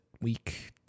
week